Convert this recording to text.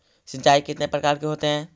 सिंचाई कितने प्रकार के होते हैं?